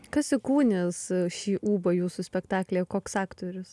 kas įkūnys šį ūbą jūsų spektaklyje koks aktorius